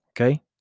okay